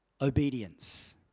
obedience